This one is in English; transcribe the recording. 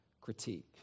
critique